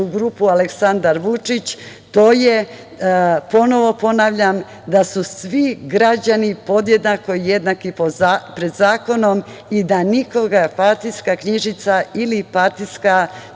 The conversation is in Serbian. grupu Aleksandar Vučić, to je, ponovo ponavljam, da su svi građani podjednako jednaki pred zakonom i da nikoga partijska knjižica ili partijska